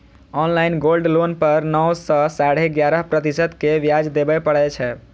online gold loan पर नौ सं साढ़े ग्यारह प्रतिशत के ब्याज देबय पड़ै छै